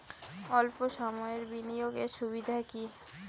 অল্প সময়ের বিনিয়োগ এর সুবিধা কি?